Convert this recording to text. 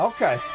Okay